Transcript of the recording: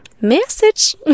Message